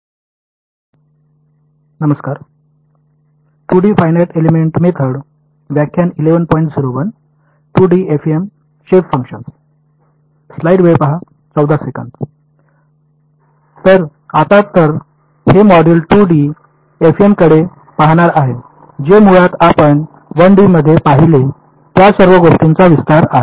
तर आता तर हे मॉड्यूल 2 डी एफईएम कडे पाहणार आहे जे मुळात आपण 1 डी मध्ये पाहिले त्या सर्व गोष्टींचा विस्तार आहे